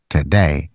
Today